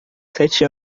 sete